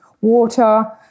water